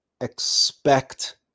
expect